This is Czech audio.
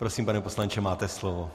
Prosím, pane poslanče, máte slovo.